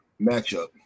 matchup